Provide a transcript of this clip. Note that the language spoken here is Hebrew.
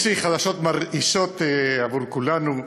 יש לי חדשות מרעישות בעבור כולנו: